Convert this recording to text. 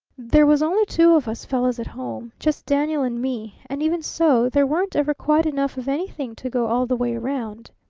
there was only two of us fellows at home just daniel and me and even so there weren't ever quite enough of anything to go all the way round.